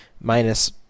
minus